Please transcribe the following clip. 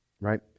Right